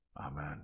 Amen